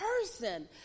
person